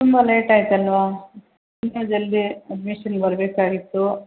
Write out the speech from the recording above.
ತುಂಬ ಲೇಟಾಯಿತಲ್ವಾ ಇನ್ನೂ ಜಲ್ದಿ ಅಡ್ಮಿಶನ್ಗೆ ಬರಬೇಕಾಗಿತ್ತು